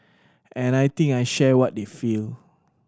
and I think I share what they feel